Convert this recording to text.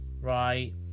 Right